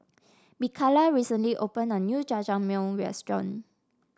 Mikaila recently opened a new Jajangmyeon Restaurant